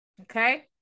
Okay